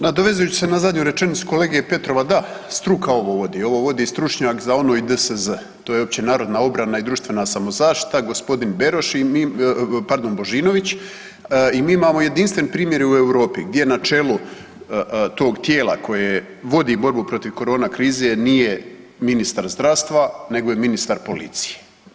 Nadovezujući se na zadnju rečenicu kolege Petrova, da, struka ovo vodi, ovo vodi stručnjak za ONO i DSZ, to je općenarodna obrana i društvena samozaštita g. Božinović i mi imamo jedinstven primjer i u Europi gdje na čelu tog tijela koje vodi borbu protiv korona krize nije ministar zdravstva nego je ministar policije.